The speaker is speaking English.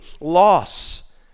loss